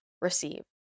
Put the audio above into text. receive